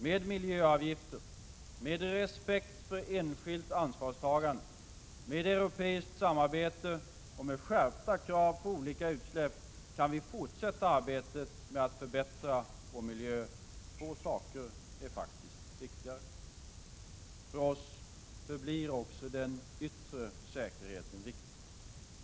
Med miljöavgifter, med respekt för enskilt ansvarstagande, med europeiskt samarbete och med skärpta krav på olika utsläpp kan vi fortsätta arbetet med att förbättra vår miljö. Få saker är viktigare. För oss förblir också den yttre säkerheten viktig.